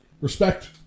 Respect